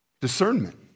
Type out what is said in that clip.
Discernment